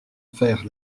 faire